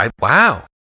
Wow